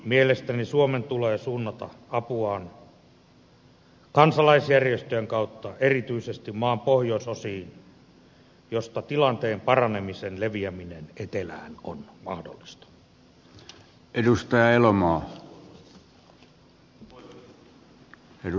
mielestäni suomen tulee suunnata apuaan kansalaisjärjestöjen kautta erityisesti maan pohjoisosiin josta tilanteen paranemisen leviäminen etelään on mahdollista